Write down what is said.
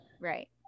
Right